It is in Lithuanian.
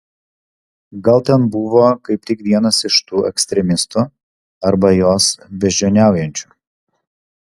gal ten buvo kaip tik vienas iš tų ekstremistų arba juos beždžioniaujančių